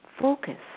focus